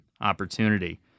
opportunity